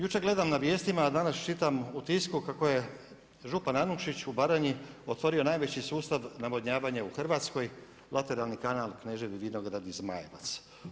Jučer gledam na vijestima a danas čitam u tisku kako je župan Anušić u Baranji otvorio najveći sustav navodnjavanja u Hrvatskoj lateralni kanal Kneževi Vinogradi – Zmajevac.